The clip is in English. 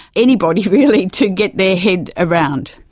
anybody really, to get their head around.